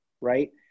right